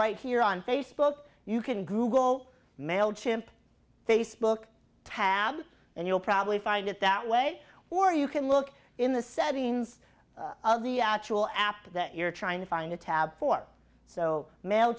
right here on facebook you can google mail chimp facebook tab and you'll probably find it that way or you can look in the settings of the actual app that you're trying to find a tab for so ma